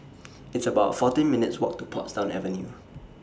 It's about fourteen minutes' Walk to Portsdown Avenue